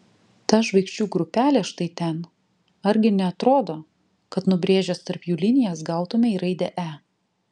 ta žvaigždžių grupelė štai ten argi neatrodo kad nubrėžęs tarp jų linijas gautumei raidę e